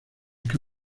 que